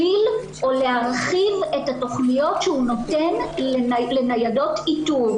להרחיב את התכניות שהוא נותן לניידות איתור.